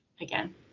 again